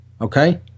okay